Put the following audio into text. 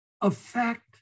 affect